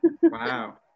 Wow